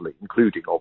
including